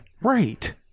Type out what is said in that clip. Right